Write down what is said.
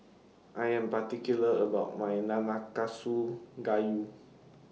I Am particular about My Nanakusa Gayu